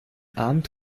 abend